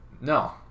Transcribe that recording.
No